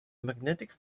magnetic